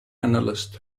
analyst